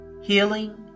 healing